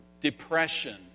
depression